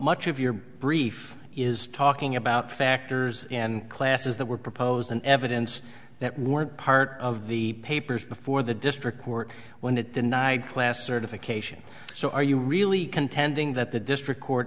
much of your brief is talking about factors and classes that were proposed in evidence that weren't part of the papers before the district court when it denied class certification so are you really contending that the district court